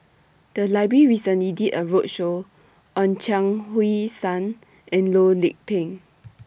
The Library recently did A roadshow on Chuang Hui Tsuan and Loh Lik Peng